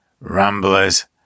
Ramblers